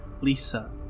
Lisa